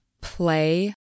play